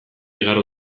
igaro